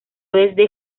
desde